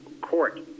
court